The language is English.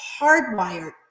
hardwired